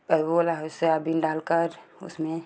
पलवूवला हो सोयाबीन डालकर उसमें